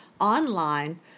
online